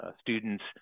students